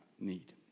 need